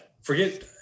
forget